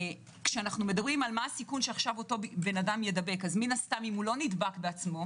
כשאנחנו מדברים על מה הסיכון שאותו אדם ידבק - אם הוא לא נדבק בעצמו,